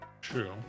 True